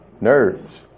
nerves